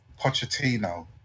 Pochettino